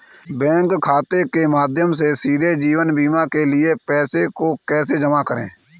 Bank खाते के माध्यम से सीधे जीवन बीमा के लिए पैसे को कैसे जमा करें?